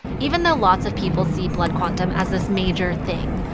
even though lots of people see blood quantum as this major thing,